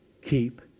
Keep